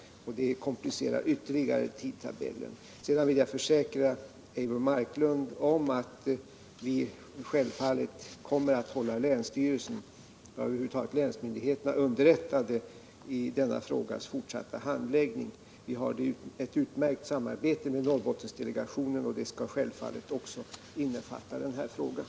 Det komplicerar ytterligare tidtabellen. Sedan vill jag försäkra Eivor Marklund om att vi självfallet kommer att hålla länsstyrelsen och över huvud taget länsmyndigheterna underrättade vid denna frågas fortsatta handläggning. Vi har ett utmärkt samarbete med Norrbottensdelegationen, och det skall självfallet också innefatta den här frågan.